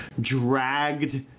dragged